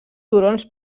turons